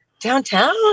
downtown